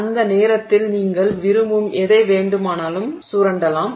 அந்த நேரத்தில் நீங்கள் விரும்பும் எதை வேண்டுமானாலும் சுரண்டலாம்